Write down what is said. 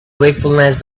wakefulness